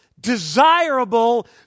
desirable